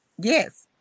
Yes